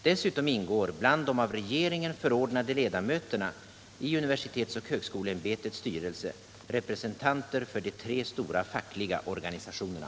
Dessutom ingår bland de av regeringen förordnade ledamöterna i universitetsoch högskoleämbetets styrelse representanter för de tre stora fackliga organisationerna.